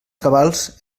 cabals